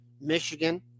Michigan